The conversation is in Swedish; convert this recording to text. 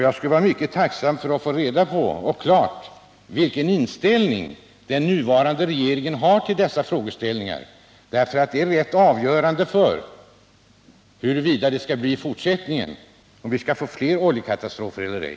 Jag skulle vara mycket tacksam för att få klarlagt vilken inställning den nuvarande regeringen har till dessa frågeställningar. Det är nämligen helt avgörande för hur det skall bli i fortsättningen, dvs. om vi skall få fler oljekatastrofer eller ej.